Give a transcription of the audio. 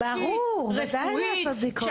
רפואית,